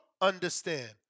understand